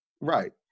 right